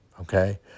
okay